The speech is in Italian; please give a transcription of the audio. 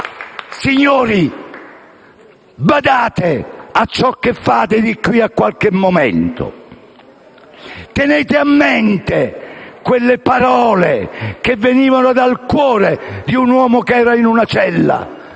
Signori, badate a ciò che farete di qui a qualche momento. Tenete a mente quelle parole che venivano dal cuore di un uomo che era in una cella